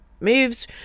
moves